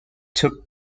took